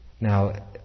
Now